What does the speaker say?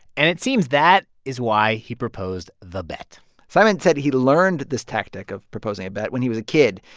and it seems that is why he proposed the bet simon said he learned this tactic of proposing a bet when he was a kid.